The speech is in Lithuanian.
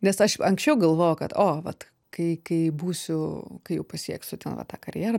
nes aš ankščiau galvojau kad o vat kai kai būsiu kai jau pasieksiu ten va tą karjerą